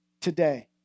today